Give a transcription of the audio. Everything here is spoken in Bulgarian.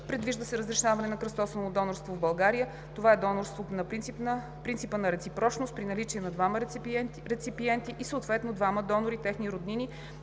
Предвижда се разрешаване на кръстосаното донорство в България. Това е донорство на принципа на реципрочност – при наличие на двама реципиенти и съответно двама донори (техни роднини),